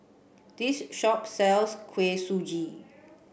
this shop sells Kuih Suji